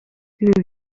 ibi